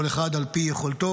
כל אחד על פי יכולתו,